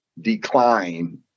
decline